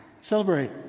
celebrate